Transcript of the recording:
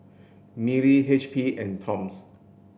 Mili H P and Toms